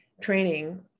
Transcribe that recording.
training